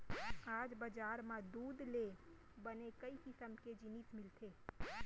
आज बजार म दूद ले बने कई किसम के जिनिस मिलथे